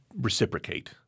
reciprocate